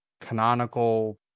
canonical